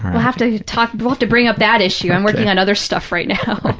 we'll have to talk, we'll have to bring up that issue. i'm working on other stuff right now.